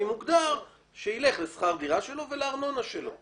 מוגדר שילך לשכר הדירה שלו ולארנונה שלו.